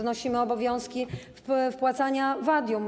Znosimy obowiązek wpłacania wadium.